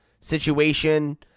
situation